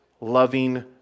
loving